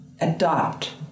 adopt